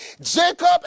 jacob